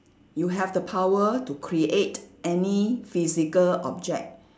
you have the power to create any physical object